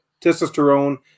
testosterone